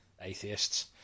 atheists